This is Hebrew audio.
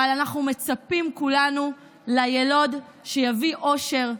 אבל אנחנו מצפים כולנו ליילוד שיביא אושר,